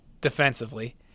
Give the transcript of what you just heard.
defensively